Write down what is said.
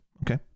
okay